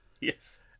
Yes